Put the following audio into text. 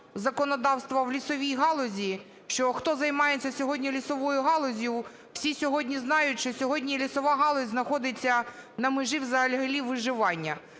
законодавства в лісовій галузі, що, хто займається сьогодні лісовою галуззю, всі сьогодні знають, що сьогодні лісова галузь заходиться на межі взагалі виживання.